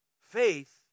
faith